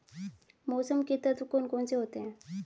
मौसम के तत्व कौन कौन से होते हैं?